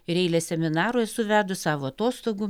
ir eilę seminarų esu vedus savo atostogų